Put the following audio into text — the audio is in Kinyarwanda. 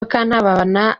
mukantabana